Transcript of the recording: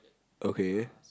okay